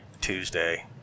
Tuesday